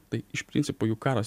tai iš principo juk karas